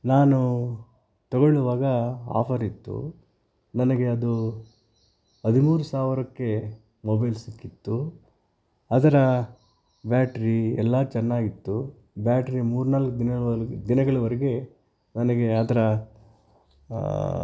ನಾನು ತೊಗೊಳ್ಳೋವಾಗ ಆಫರ್ ಇತ್ತು ನನಗೆ ಅದು ಹದಿಮೂರು ಸಾವಿರಕ್ಕೆ ಮೊಬೈಲ್ ಸಿಕ್ಕಿತ್ತು ಅದರ ಬ್ಯಾಟ್ರಿ ಎಲ್ಲ ಚೆನ್ನಾಗಿತ್ತು ಬ್ಯಾಟ್ರಿ ಮೂರು ನಾಲ್ಕು ದಿನಗಳ ವರ್ ದಿನಗಳವರೆಗೆ ನನಗೆ ಅದರ